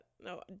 no